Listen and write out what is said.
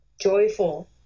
joyful